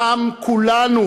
דם כולנו,